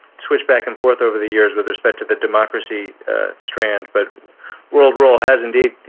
switch back and forth over the years with respect to the democracy strand. but world role has, indeed,